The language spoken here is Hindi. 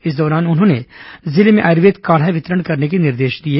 इस दौरान उन्होंने जिले में आयुर्वेद काढ़ा वितरण करने के निर्देश दिए